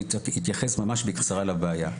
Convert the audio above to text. אני אתייחס ממש בקצרה לבעיה.